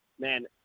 man